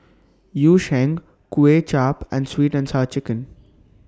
Yu Sheng Kuay Chap and Sweet and Sour Chicken